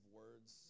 words